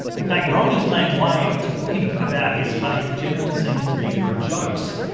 in fact romney's main way of talking about his faith generally seems to be through jokes.